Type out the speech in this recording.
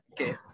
Okay